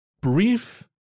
brief